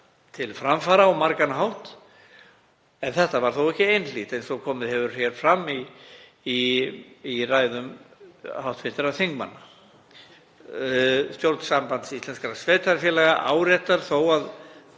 til framfara á margan hátt. Það var þó ekki einhlítt eins og komið hefur fram í ræðum hv. þingmanna. Stjórn Sambands íslenskra sveitarfélaga áréttar þó að